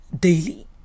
daily